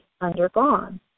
undergone